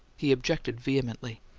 he objected vehemently.